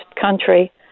country